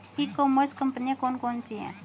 ई commerce कंपनियाँ कौन कौन सी हैं?